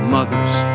mothers